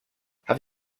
have